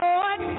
Lord